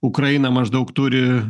ukraina maždaug turi